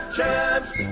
Champs